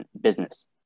business